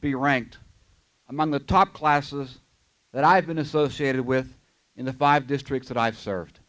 be ranked among the top classes that i've been associated with in the five districts that i've served